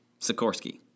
Sikorsky